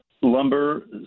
lumber